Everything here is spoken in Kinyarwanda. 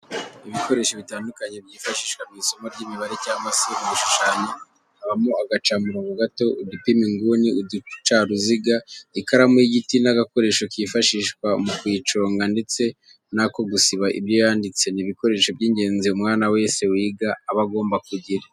Ibikoresho bitandukanye byifashishwa mu isomo ry'imibare cyangwa se mu gushushanya habamo agacamurongo gato, udupima inguni, uducaruziga, ikaramu y'igiti n'agakoresho kifashishwa mu kuyiconga ndetse n'ako gusiba ibyo yanditse, ni ibikoresho by'ingenzi umwana wese wiga aba agomba kugira.